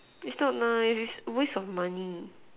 it's not nice it's a waste of money